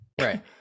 Right